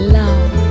love